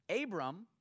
Abram